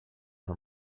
her